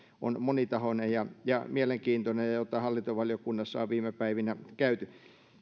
on monitahoinen ja ja mielenkiintoinen ja jota hallintovaliokunnassa on viime päivinä käyty